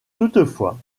toutefois